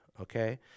okay